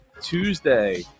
Tuesday